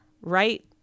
right